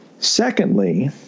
Secondly